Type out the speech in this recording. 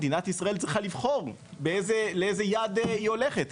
מדינת ישראל צריכה לבחור לאיזה יעד היא הולכת.